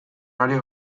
ari